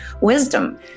Wisdom